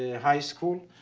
ah high school.